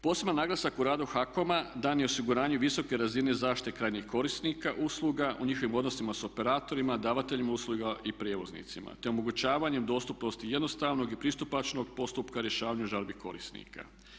Poseban naglasak u radu HAKOM-a dan je u osiguranju visoke razine zaštite krajnjih korisnika usluga u njihovim odnosima sa operatorima, davateljima usluga i prijevoznicima, te omogućavanjem dostupnosti jednostavnog i pristupačnog postupka rješavanju žalbi korisnika.